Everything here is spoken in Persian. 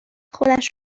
خودش